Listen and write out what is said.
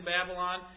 Babylon